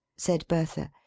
said bertha.